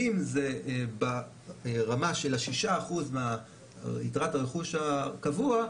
אם זה ברמה של ה-6% מיתרת הרכוש הקבוע,